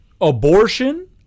abortion